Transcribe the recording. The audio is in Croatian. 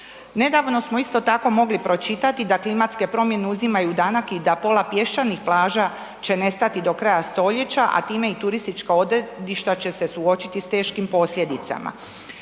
Nedavno smo isto tako mogli pročitati da klimatske promjene uzimaju danak i da pola pješčanih plaža će nestati do kraja stoljeća, a time i turistička odredišta će se suočiti s teškim posljedicama.